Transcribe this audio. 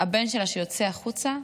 שהבן שלה, כשהוא יוצא החוצה,